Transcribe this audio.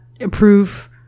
approve